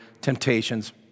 temptations